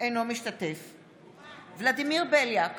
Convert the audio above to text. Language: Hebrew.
אינו משתתף בהצבעה ולדימיר בליאק,